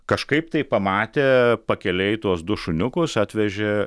kažkaip tai pamatė pakelėj tuos du šuniukus atvežė